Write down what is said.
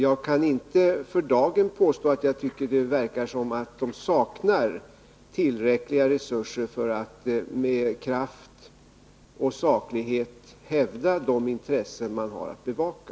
Jag kan för dagen inte påstå att jag tycker att det verkar som om de Nr 38 saknar tillräckliga resurser för att med kraft och saklighet hävda de intressen Fredagen den de har att bevaka.